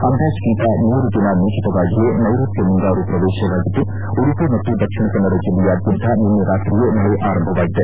ಅಂದಾಜಗಿಂತ ಮೂರು ದಿನ ಮುಂಚಿತವಾಗಿಯೆ ನೈಋತ್ಯ ಮುಂಗಾರು ಶ್ರವೇತವಾಗಿದ್ದು ಉಡುಪಿ ಮತ್ತು ದಕ್ಷಿಣ ಕನ್ನಡ ಟಿಲ್ಲೆಯಾದ್ಯಂತ ನಿನ್ನೆ ರಾತ್ರಿಯೆ ಮಕೆ ಆರಂಭವಾಗಿದೆ